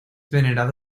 venerado